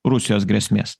rusijos grėsmės